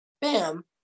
Bam